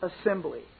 assembly